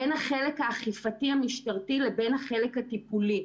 בין החלק האכיפתי המשטרתי לבין החלק הטיפולי.